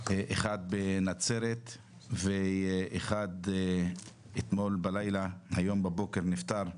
האחד בנצרת והשני שנפגע אתמול בלילה ונפטר הבוקר,